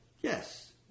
Yes